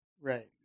Right